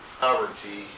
Poverty